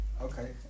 Okay